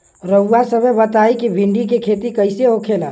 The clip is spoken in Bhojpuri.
रउआ सभ बताई भिंडी क खेती कईसे होखेला?